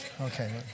Okay